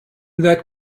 that